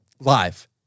live